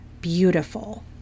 beautiful